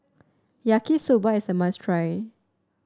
Yaki Soba is a must try